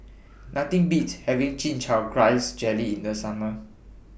Nothing Beats having Chin Chow Grass Jelly in The Summer